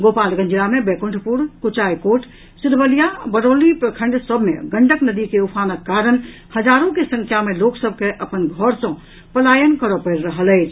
गोपालगंज जिला मे बैकुंठपुर कुचायकोट सिद्धवलिया आ बरौली प्रखंड सभ मे गंडक नदी के उफानक कारण हजारो के संख्या मे लोक सभ के अपन घर सॅ पलायन करऽ परि रहल अछि